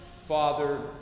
Father